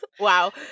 Wow